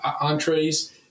entrees